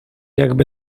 jakby